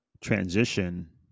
transition